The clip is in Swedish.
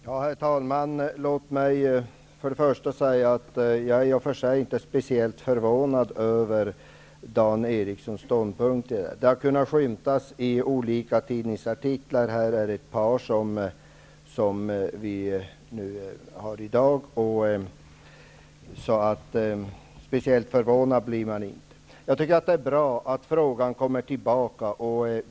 Herr talman! Låt mig först säga att jag i och för sig inte är speciellt förvånad över Dan Ericssons i Kolmården ståndpunkter. De har skymtat i olika tidningsartiklar, som vi har hört talas om i dag. Det är bra att frågan kommer tillbaka till utskottet.